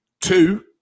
two